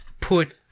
put